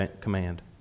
command